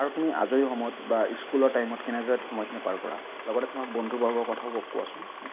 আৰু তুমি আজৰি সময়ত বা ইস্কুলৰ টাইমত কেনেদৰে সময়খিনি পাৰ কৰা লগতে তোমাৰ বন্ধুবৰ্গৰ কথাও কোৱাচোন মোক